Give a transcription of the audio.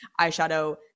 Eyeshadow